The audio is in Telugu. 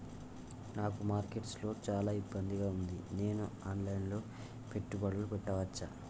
నాకు మార్కెట్స్ లో చాలా ఇబ్బందిగా ఉంది, నేను ఆన్ లైన్ లో పెట్టుబడులు పెట్టవచ్చా?